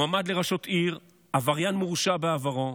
מועמד לראשות עיר, עבריין מורשע בעברו,